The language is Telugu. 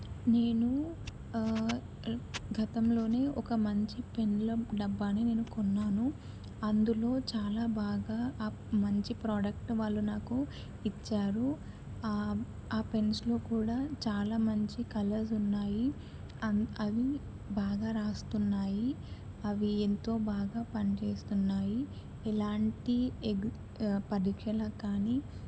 నేను గతంలోని ఒక మంచి పెన్నుల డబ్బాని నేను కొన్నాను అందులో చాలా బాగా ఆ మంచి ప్రోడక్ట్ను వాళ్ళు నాకు ఇచ్చారు ఆ పెన్స్లో కూడా చాలా మంచి కలర్స్ ఉన్నాయి అండ్ అవి బాగా వ్రాస్తున్నాయి అవి ఎంతో బాగా పనిచేస్తున్నాయి ఎలాంటి ఎగ్ పరీక్షలకి కానీ